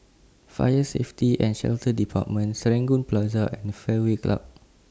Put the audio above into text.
Fire Safety and Shelter department Serangoon Plaza and Fairway Club